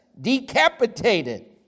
decapitated